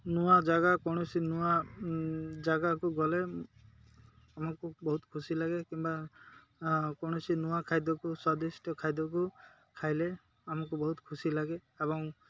ନୂଆ ଜାଗା କୌଣସି ନୂଆ ଜାଗାକୁ ଗଲେ ଆମକୁ ବହୁତ ଖୁସି ଲାଗେ କିମ୍ବା କୌଣସି ନୂଆ ଖାଦ୍ୟକୁ ସ୍ଵାଦିଷ୍ଟ ଖାଦ୍ୟକୁ ଖାଇଲେ ଆମକୁ ବହୁତ ଖୁସି ଲାଗେ ଏବଂ